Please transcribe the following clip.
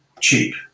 cheap